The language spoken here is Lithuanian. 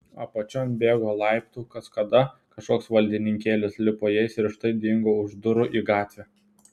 apačion bėgo laiptų kaskada kažkoks valdininkėlis lipo jais ir štai dingo už durų į gatvę